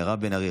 מירב בן ארי,